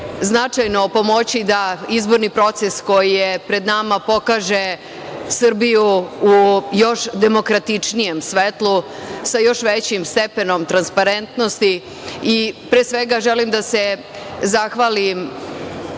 značajno pomoći da izborni proces koji je pred nama pokaže Srbiju u još demokratičnijem svetlu, sa još većim stepenom transparentnosti i pre svega želim da se zahvalim